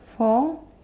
for